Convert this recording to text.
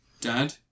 Dad